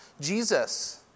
Jesus